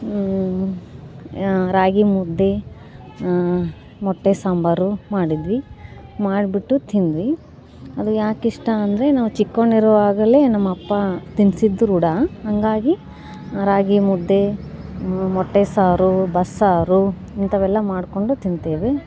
ರಾಗಿ ಮುದ್ದೆ ಮೊಟ್ಟೆ ಸಾಂಬಾರು ಮಾಡಿದ್ವಿ ಮಾಡಿಬಿಟ್ಟು ತಿಂದ್ವಿ ಅದು ಯಾಕೆ ಇಷ್ಟ ಅಂದರೆ ನಾವು ಚಿಕ್ಕವನು ಇರುವಾಗಲೇ ನಮ್ಮಪ್ಪ ತಿನ್ನಿಸಿದ್ದು ರೂಢಿ ಹಂಗಾಗಿ ರಾಗಿ ಮುದ್ದೆ ಮೊಟ್ಟೆ ಸಾರು ಬಸ್ಸಾರು ಇಂಥವೆಲ್ಲ ಮಾಡಿಕೊಂಡು ತಿಂತೇವೆ